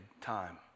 time